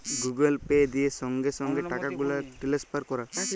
Google Pay দিয়ে সংগে সংগে টাকাগুলা টেলেসফার ক্যরা